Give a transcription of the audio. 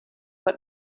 but